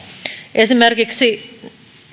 esimerkiksi